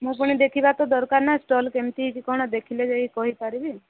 ମୁଁ ପୁଣି ଦେଖିବା ତ ଦରକାର ନା ଷ୍ଟଲ୍ କେମିତି ହେଇଛି କ'ଣ ଦେଖିଲେ ଯାଇ କହିପାରିବି